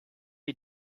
you